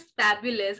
fabulous